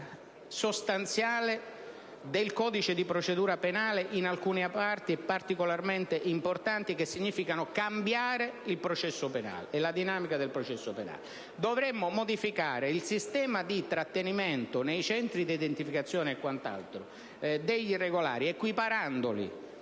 sostanziale del codice di procedura penale, in alcune parti particolarmente importanti, il che significa cambiare il processo penale e la dinamica del processo penale. Dovremmo modificare il sistema di trattenimento degli irregolari nei centri di identificazione, equiparandoli